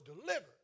delivered